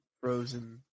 frozen